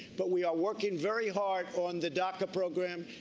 but we're working very hard on the daca program.